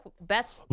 best